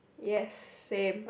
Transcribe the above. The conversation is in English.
yes same